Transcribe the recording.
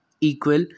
equal